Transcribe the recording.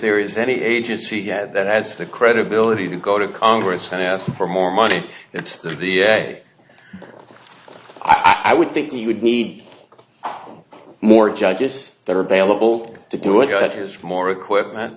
there is any agency yet that has the credibility to go to congress and ask for more money it's there the way i would think you would need more judges that are available to do it that has more equipment